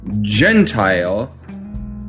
Gentile